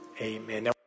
Amen